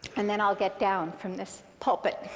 and then i'll get down from this pulpit.